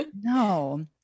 no